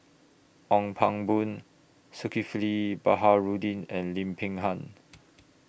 Ong Pang Boon Zulkifli Baharudin and Lim Peng Han